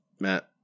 Matt